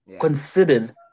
considered